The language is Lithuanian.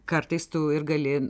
kartais tu ir gali